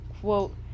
quote